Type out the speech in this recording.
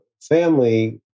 family